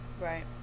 right